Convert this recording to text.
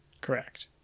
Correct